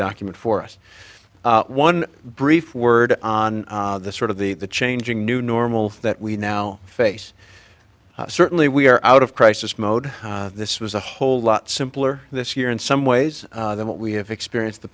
document for us one brief word on the sort of the the changing new normal for that we now face certainly we are out of crisis mode this was a whole lot simpler this year in some ways than what we have experienced the